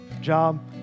Job